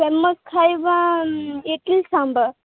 famous ଖାଇବା ଇଡିଲି ସାମ୍ବର